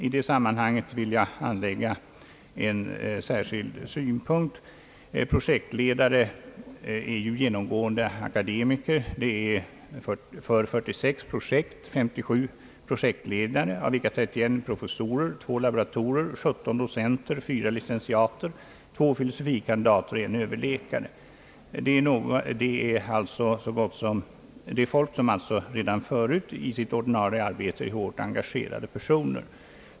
I det sammanhanget vill jag anlägga en särskild synpunkt. Projektledare är ju genomgående akademiker. Det är för 46 projekt 57 projektledare, av vilka 31 är professorer, 2 laboratorer, 17 docenter, 4 licentiater, 2 filosofie kandidater och 1 överläkare. Det är folk som således redan förut i sitt ordinarie arbete är hårt engagerade.